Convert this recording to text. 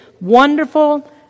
wonderful